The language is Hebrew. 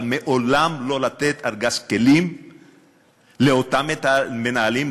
אבל מעולם לא לתת ארגז כלים לאותם מנהלים,